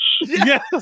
Yes